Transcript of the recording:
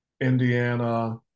Indiana